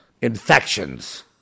infections